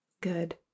Good